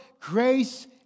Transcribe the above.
grace